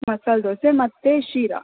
ಮಸಾಲೆ ದೋಸೆ ಮತ್ತು ಶಿರಾ